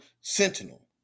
sentinel